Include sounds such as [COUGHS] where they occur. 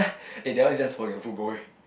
[COUGHS] eh that one is just forgetful boy